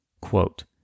Quote